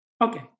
Okay